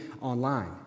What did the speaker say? online